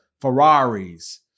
Ferraris